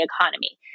economy